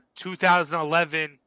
2011